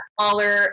smaller